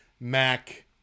Mac